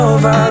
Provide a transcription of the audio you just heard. Over